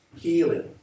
healing